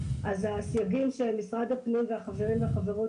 אז הסייגים של משרד הפנים שהחברים והחברות